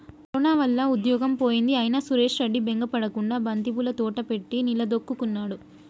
corona వల్ల ఉద్యోగం పోయింది అయినా సురేష్ రెడ్డి బెంగ పడకుండా బంతిపూల తోట పెట్టి నిలదొక్కుకున్నాడు